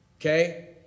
Okay